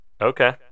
Okay